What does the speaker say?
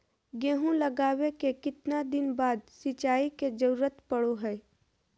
गेहूं लगावे के कितना दिन बाद सिंचाई के जरूरत पड़ो है?